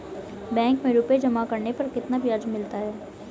Bank में रुपये जमा करने पर कितना ब्याज मिलता है?